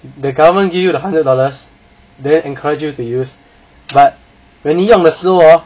the government give you the hundred dollars then encourage you to use but when 你用的时候 hor